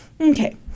Okay